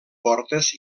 portes